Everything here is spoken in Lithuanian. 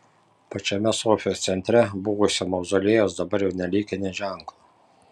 pačiame sofijos centre buvusio mauzoliejaus dabar jau nelikę nė ženklo